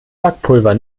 backpulver